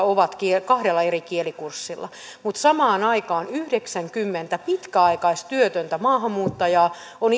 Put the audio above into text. ovat kahdella eri kielikurssilla mutta samaan aikaan yhdeksänkymmentä pitkäaikaistyötöntä maahanmuuttajaa on